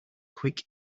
quick